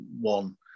one